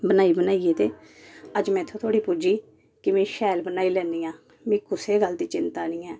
बनाई बनाइयै ते अज्ज में इत्थे धोड़ी पुज्जी में शैल बनाई लैन्नी आं मिगी कुसै गल्ल दी चिंता नी ऐ